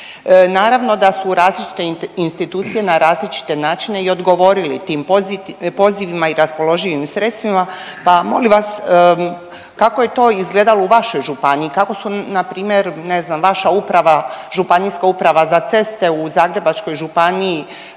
Naravno da su različite institucije na različite načine i odgovorili tim pozivima i raspoloživim sredstvima, pa molim vas kako je to izgledalo u vašoj županiji kako su npr. ne znam vaša uprava ŽUC u Zagrebačkoj županiji